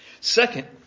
Second